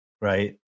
right